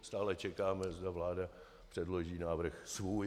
Stále čekáme, zda vláda předloží návrh svůj.